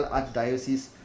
Archdiocese